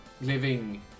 living